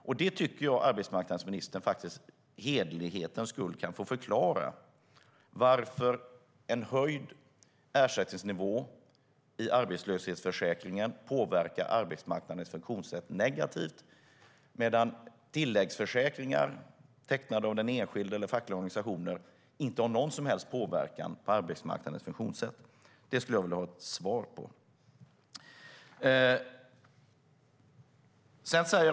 Jag tycker faktiskt att arbetsmarknadsministern för hederlighetens skull borde förklara varför en höjd ersättningsnivå i arbetslöshetsförsäkringen påverkar arbetsmarknadens funktionssätt negativt, medan tilläggsförsäkringar tecknade av den enskilde eller av fackliga organisationer inte har någon som helst påverkan på arbetsmarknadens funktionssätt. Det skulle jag vilja ha ett svar på.